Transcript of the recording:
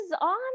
on